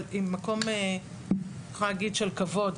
אבל עם מקום של כבוד,